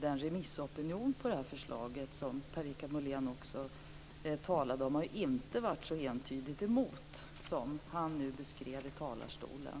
Den remissopinion, som också Per-Richard Molén talade om, har inte varit så entydigt emot som han nu framhöll från talarstolen.